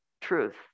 Truth